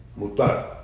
Mutar